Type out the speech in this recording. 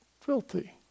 filthy